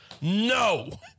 No